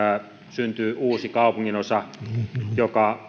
syntyy uusi kaupunginosa joka